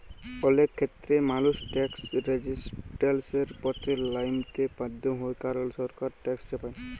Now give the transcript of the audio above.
অলেক খ্যেত্রেই মালুস ট্যাকস রেজিসট্যালসের পথে লাইমতে বাধ্য হ্যয় কারল সরকার ট্যাকস চাপায়